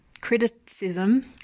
criticism